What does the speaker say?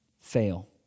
fail